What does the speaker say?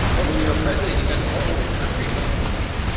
but when you're a president, you've got the whole country hooked up to you.